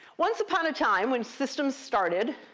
once upon a time, when systems started,